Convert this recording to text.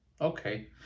Okay